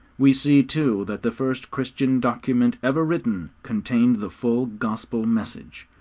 we see, too, that the first christian document ever written contained the full gospel message,